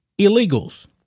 illegals